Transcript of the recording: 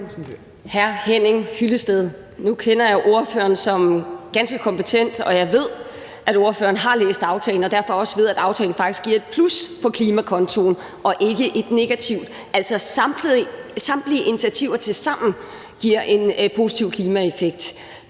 Pia Olsen Dyhr (SF): Nu kender jeg ordføreren som ganske kompetent, og jeg ved, at ordføreren har læst aftalen og derfor også ved, at aftalen faktisk giver et plus på klimakontoen og ikke en negativ effekt. Altså, samtlige initiativer tilsammen giver en positiv klimaeffekt.